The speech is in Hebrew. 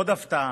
עוד הפתעה: